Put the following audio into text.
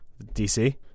DC